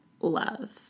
love